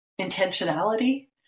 intentionality